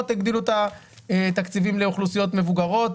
הגדילו את התקציבים לאוכלוסיות מבוגרות,